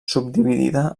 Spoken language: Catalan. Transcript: subdividida